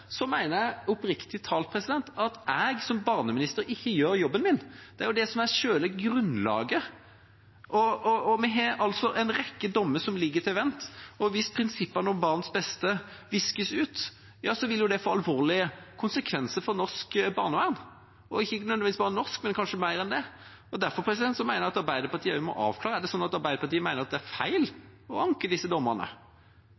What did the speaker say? jeg oppriktig talt at jeg som barneminister ikke gjør jobben min. Det er jo det som er selve grunnlaget. Vi har altså en rekke dommer som ligger på vent, og hvis prinsippene om barns beste viskes ut, vil det få alvorlige konsekvenser for norsk barnevern – og ikke nødvendigvis bare norsk, men kanskje mer enn det. Derfor mener jeg at Arbeiderpartiet må avklare om det er sånn at de mener at det er feil